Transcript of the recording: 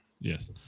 Yes